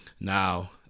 Now